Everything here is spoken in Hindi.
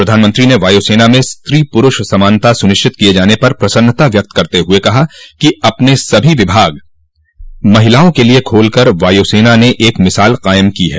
प्रधानमंत्री ने वायु सेना में स्त्री पुरुष समानता सुनिश्चित किये जाने पर प्रसन्नता व्यक्त करते हुए कहा कि अपने सभी विभाग महिलाओं के लिए खोल कर वायु सेना ने एक मिसाल कायम की है